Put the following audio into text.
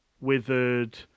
withered